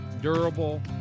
durable